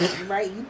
Right